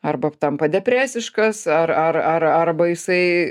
arba tampa depresiškas ar ar ar arba jisai